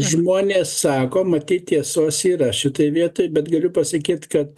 žmonės sako matyt tiesos yra šitoj vietoj bet galiu pasakyt kad